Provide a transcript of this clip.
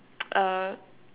uh